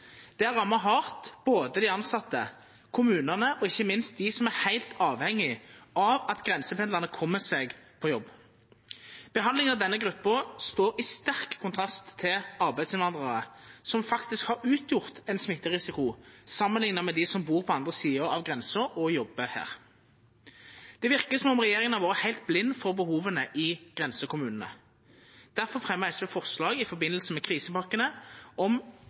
Det har ramma hardt både dei tilsette, kommunane og ikkje minst dei som er heilt avhengige av at grensependlarane kjem seg på jobb. Behandlinga av denne gruppa står i sterk kontrast til behandlinga av arbeidsinnvandrarar, som faktisk har utgjort ein smitterisiko samanlikna med dei som bur på andre sida av grensa og jobbar her. Det verkar som om regjeringa har vore heilt blind for behova i grensekommunane. Difor fremja SV i samband med krisepakkene forslag om